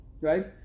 Right